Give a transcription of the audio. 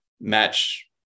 match